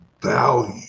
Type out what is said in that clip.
value